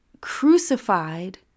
crucified